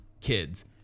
kids